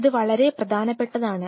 ഇത് വളരെ പ്രധാനപ്പെട്ടതാണ്